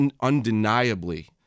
undeniably